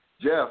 Jeff